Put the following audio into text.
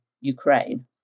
Ukraine